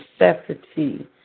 necessity